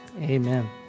Amen